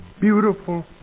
beautiful